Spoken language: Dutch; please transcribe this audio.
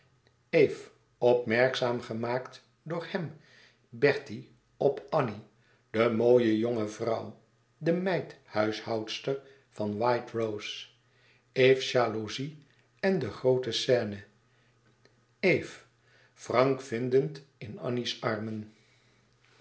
eve opmerkzaam gemaakt door hèm bertie op annie de mooie jonge vrouw de meidhuishoudster van white rose eve's jaloezie en de groote scène eve frank vindend in annie's armen